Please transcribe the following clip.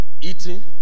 eating